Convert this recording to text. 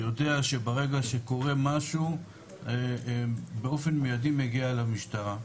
יודע שברגע שקורה משהו באופן מידי מגיעה אליו משטרה.